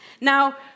Now